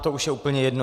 To už je úplně jedno.